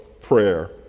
prayer